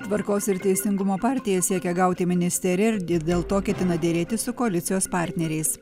tvarkos ir teisingumo partija siekia gauti ministeriją ir ir dėl to ketina derėtis su koalicijos partneriais